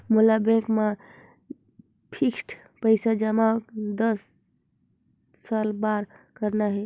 मोला बैंक मा फिक्स्ड पइसा जमा दस साल बार करना हे?